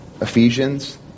Ephesians